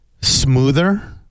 smoother